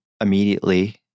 immediately